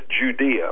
Judea